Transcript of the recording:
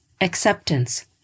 acceptance